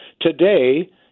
Today